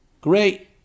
Great